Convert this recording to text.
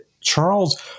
Charles